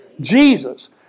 Jesus